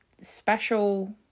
special